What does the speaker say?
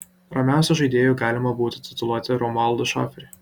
ramiausiu žaidėju galima būtų tituluoti romualdą šaferį